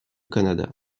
canada